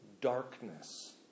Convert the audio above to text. darkness